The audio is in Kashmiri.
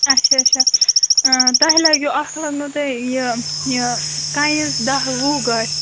اَچھا اَچھا تۄہہِ لَگیو اَتھ لَگنو تۄہہِ یہِ یہِ ٹایِل دَہ وُہ گاڑِ